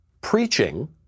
Preaching